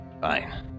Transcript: Fine